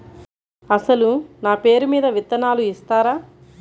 అసలు నా పేరు మీద విత్తనాలు ఇస్తారా?